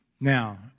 Now